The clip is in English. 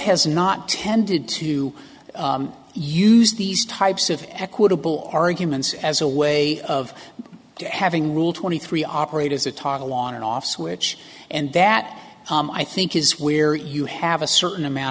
has not tended to use these types of equitable arguments as a way of having rule twenty three operate as a toggle on and off switch and that i think is where you have a certain amount